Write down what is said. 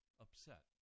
Upset